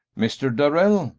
mr. darrell?